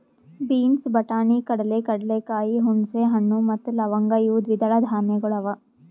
beans, ಬಟಾಣಿ, ಕಡಲೆ, ಕಡಲೆಕಾಯಿ, ಹುಣಸೆ ಹಣ್ಣು ಮತ್ತ ಲವಂಗ್ ಇವು ದ್ವಿದಳ ಧಾನ್ಯಗಳು ಅವಾ